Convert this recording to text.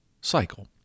cycle